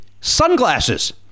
Sunglasses